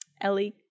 Ellie